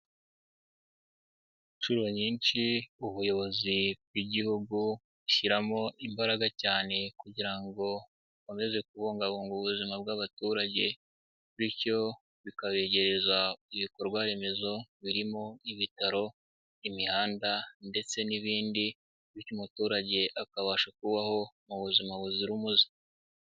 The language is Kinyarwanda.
Inshuro nyinshi ubuyobozi bw'Igihugu sbuhyiramo imbaraga cyane kugira ngo bukomeze kubungabunga ubuzima bw'abaturage, bityo bikabegereza ibikorwa remezo birimo: ibitaro< imihanda ndetse n'ibindi, bityo umuturage akabasha kubaho mu buzima buzira umuze.